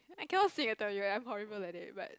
I cannot sing I tell you I'm horrible at it but